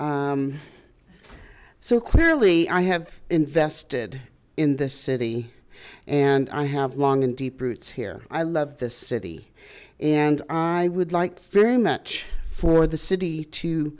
so clearly i have invested in this city and i have long and deep roots here i love this city and i would like very much for the city to